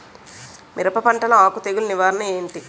మిరప పంటలో ఆకు తెగులు నివారణ ఏంటి?